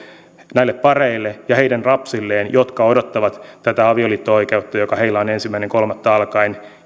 näille pareille ja heidän lapsilleen jotka odottavat tätä avioliitto oikeutta joka heillä on ensimmäinen kolmatta alkaen